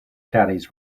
caddies